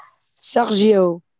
Sergio